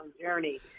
journey